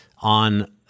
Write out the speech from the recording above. on